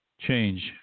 change